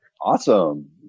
Awesome